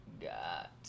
got